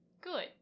good